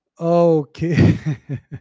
Okay